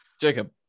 Jacob